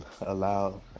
allow